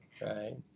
right